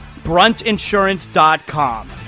Bruntinsurance.com